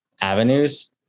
avenues